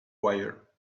wire